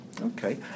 Okay